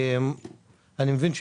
אני מבין,